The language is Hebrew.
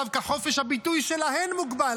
דווקא חופש הביטוי שלהן מוגבל,